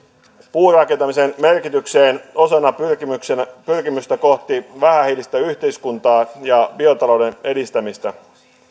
puurakentamisen merkitykseen osana pyrkimystä kohti vähähiilistä yhteiskuntaa ja biotalouden edistämistä